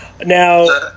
Now